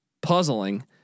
puzzling